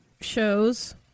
Shows